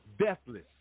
Deathless